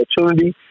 opportunity